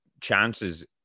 chances